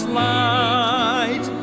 light